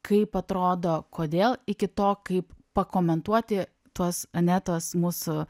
kaip atrodo kodėl iki to kaip pakomentuoti tuos ane tuos mūsų